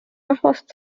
rahvast